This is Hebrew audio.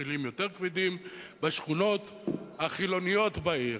בכלים יותר כבדים בשכונות החילוניות בעיר.